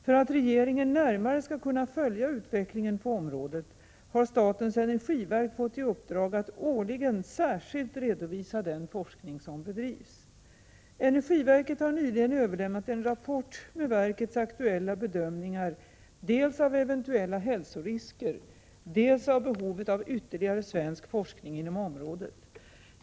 För att regeringen närmare skall kunna följa utvecklingen på området har statens energiverk fått i uppdrag att årligen särskilt redovisa den forskning som bedrivs. Energiverket har nyligen överlämnat en rapport med verkets aktuella bedömningar dels av eventuella hälsorisker, dels av behovet av ytterligare svensk forskning inom området.